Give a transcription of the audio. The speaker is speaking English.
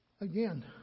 Again